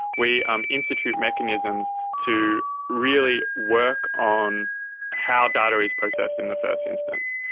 we um institute mechanisms to really work on how data is processed in the first instance.